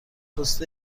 پست